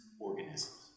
organisms